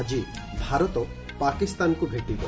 ଆଜି ଭାରତ ପାକିସ୍ତାନକୁ ଭେଟିବ